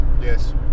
Yes